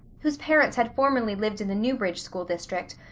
whose parents had formerly lived in the newbridge school district,